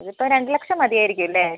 ഇതിപ്പോൾ രണ്ടു ലക്ഷം മതിയായിരിക്കും അല്ലേ